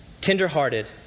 tenderhearted